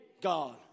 God